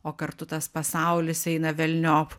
o kartu tas pasaulis eina velniop